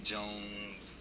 Jones